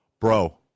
bro